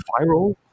viral